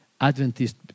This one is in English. Adventist